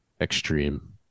Extreme